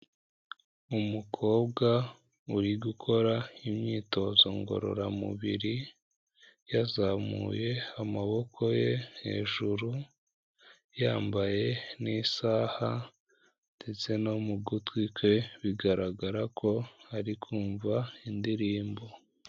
Umukobwa uri gukora imyitozo ngororamubiri, yazamuye amaboko ye hejuru, yambaye n'isaha ndetse no mu gutwi kwe bigaragara ko ari kumva indirimbo.